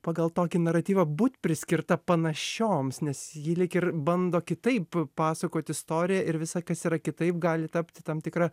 pagal tokį naratyvą būt priskirta panašioms nes ji lyg ir bando kitaip pasakoti istoriją ir visa kas yra kitaip gali tapti tam tikra